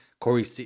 Corey